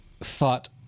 thought